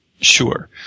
Sure